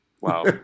Wow